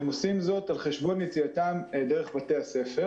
הם עושים זאת על חשבון יציאתם עם בתי-הספר.